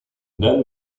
then